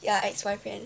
ya ex-boyfriend